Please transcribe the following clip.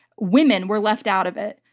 women were left out of it.